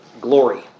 glory